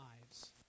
lives